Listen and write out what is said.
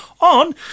on